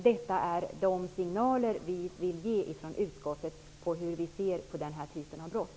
Detta är de signaler vi i utskottet vill ge vad gäller hur vi ser på den här typen av brott.